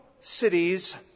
cities